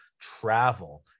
travel